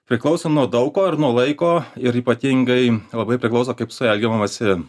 priklauso nuo daug ko ir nuo laiko ir ypatingai labai priklauso kaip su ja elgiamasi